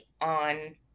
on